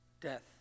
death